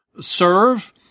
serve